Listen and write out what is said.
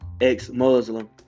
ex-muslim